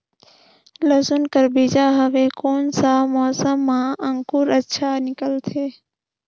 लसुन कर बीजा हवे कोन सा मौसम मां अंकुर अच्छा निकलथे?